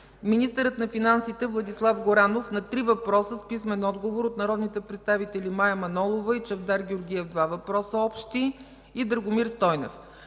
министърът на финансите Владислав Горанов – на три въпроса с писмен отговор от народните представители Мая Манолова и Чавдар Георгиев – два общи въпроса, и Драгомир Стойнев;